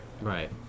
Right